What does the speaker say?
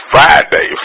Friday